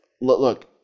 look